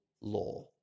Law